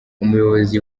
umuyobozi